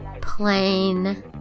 plain